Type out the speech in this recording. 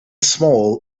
small